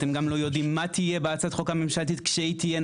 אתם גם לא יודעים מה תהיה בהצעת חוק הממשלתית כשהיא תהיה,